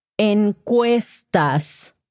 Encuestas